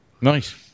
Nice